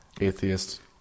atheist